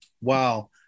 wow